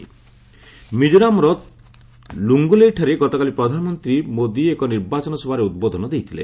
ମିକ୍ଜୋରାମ ଲୁଙ୍ଗଲେଇଠାରେ ଗତକାଲି ପ୍ରଧାନମନ୍ତ୍ରୀ ମୋଦି ଏକ ନିର୍ବାଚନ ସଭାରେ ଉଦ୍ବୋଧନ ଦେଇଥିଲେ